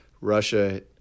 Russia